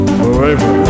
forever